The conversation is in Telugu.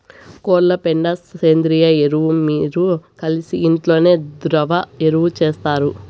కోళ్ల పెండ సేంద్రియ ఎరువు మీరు కలిసి ఇంట్లోనే ద్రవ ఎరువు చేస్తారు